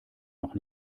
noch